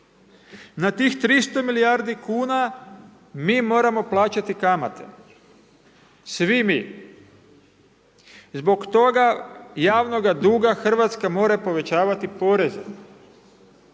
Na tih 300 milijardi kuna mi moramo plaćati kamate, svi mi. Zbog toga javnoga duga Hrvatska mora povećavati poreze,